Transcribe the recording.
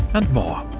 and more.